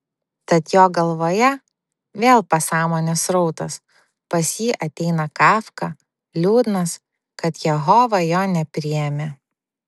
tad jo galvoje vėl pasąmonės srautas pas jį ateina kafka liūdnas kad jehova jo nepriėmė